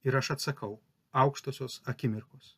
ir aš atsakau aukštosios akimirkos